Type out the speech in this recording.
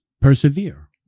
persevere